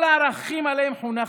כל הערכים שעליהם חונכתם,